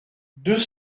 deux